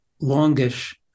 longish